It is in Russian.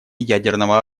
ядерного